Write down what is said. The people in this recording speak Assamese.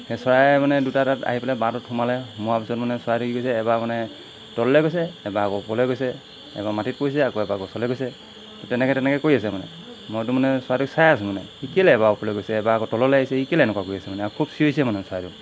সেই চৰাই মানে দুটা তাত আহি পেলাই বাঁহটোত সোমালে সোমোৱাৰ পিছত মানে চৰাইটো কি কৰিছে এবাৰ মানে তললৈ গৈছে এবাৰ আকৌ ওপৰলৈ গৈছে এবাৰ আকৌ মাটিত পৰিছে আকৌ এবাৰ গছলৈ গৈছে তেনেকৈ তেনেকৈ কৰি আছে মানে মইতো মানে চৰাইটো চাই আছো মানে সি কেলৈ এবাৰ ওপৰলৈ গৈছে এবাৰ আকৌ তললৈ আহিছে ই কেলৈ এনেকুৱা কৰি আছে মানে আৰু খুব চিঞৰিছে মানে চৰাইটো